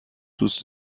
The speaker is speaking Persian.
دوست